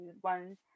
one